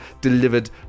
delivered